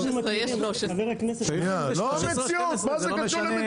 --- לא המציאות, מה זה קשור למציאות?